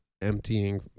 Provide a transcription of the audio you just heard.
emptying